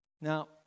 Now